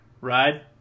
ride